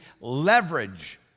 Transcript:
leverage